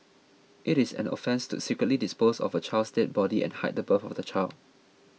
it is an offence to secretly dispose of a child's dead body and hide the birth of the child